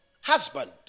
husband